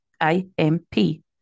I-M-P